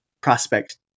prospect